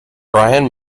brian